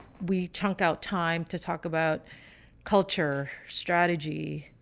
we chunk out time to talk about culture, strategy,